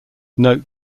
note